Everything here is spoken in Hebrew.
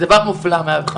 דבר מופלא,